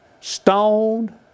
stoned